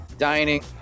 Dining